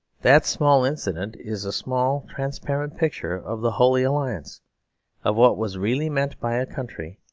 that small incident is a small transparent picture of the holy alliance of what was really meant by a country,